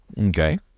okay